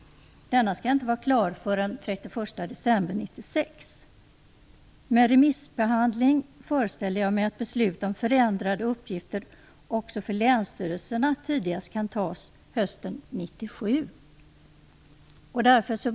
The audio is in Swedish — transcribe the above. Denna skall inte vara klar förrän den 31 december 1996. Med remissbehandling föreställer jag mig att beslut om förändrade uppgifter också för länsstyrelserna tidigast kan fattas under hösten 1997.